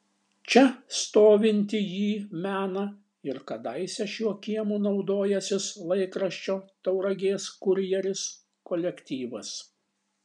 čia stovintį jį mena ir kadaise šiuo kiemu naudojęsis laikraščio tauragės kurjeris kolektyvas